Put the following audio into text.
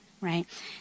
right